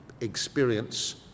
experience